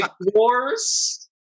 Wars